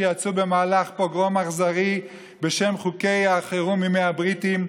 שיצאו במהלך פוגרום אכזרי בשם חוקי החירום מימי הבריטים,